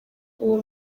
uwo